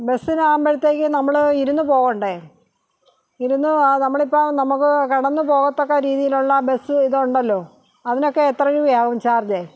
ബസ്സിനാവുമ്പോഴത്തേക്ക് നമ്മൾ ഇരുന്ന് പോകേണ്ട ഇരുന്ന് നമ്മളിപ്പം നമുക്ക് കിടന്ന് പോകത്തക്ക രീതിയിലുള്ള ബസ് ഇതുണ്ടല്ലോ അതിനൊക്കെ എത്ര രൂപയാകും ചാർജേ